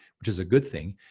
which is a good thing,